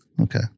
Okay